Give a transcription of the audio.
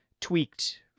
tweaked